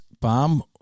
Bomb